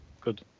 Good